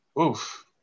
Oof